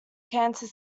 cancer